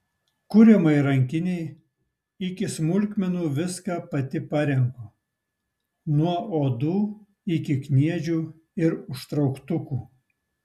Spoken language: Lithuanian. kuriamai rankinei iki smulkmenų viską pati parenku nuo odų iki kniedžių ir užtrauktukų